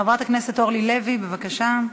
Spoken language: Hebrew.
חברת הכנסת אורלי לוי, בבקשה.